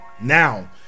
Now